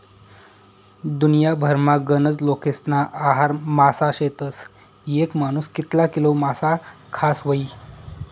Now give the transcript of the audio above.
दुन्याभरमा गनज लोकेस्ना आहार मासा शेतस, येक मानूस कितला किलो मासा खास व्हयी?